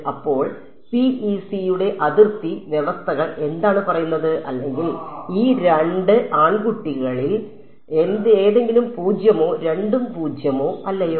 അപ്പോൾ PEC യുടെ അതിർത്തി വ്യവസ്ഥകൾ എന്താണ് പറയുന്നത് അല്ലെങ്കിൽ ഈ രണ്ട് ആൺകുട്ടികളിൽ ഏതെങ്കിലും പൂജ്യമോ രണ്ടും പൂജ്യമോ അല്ലയോ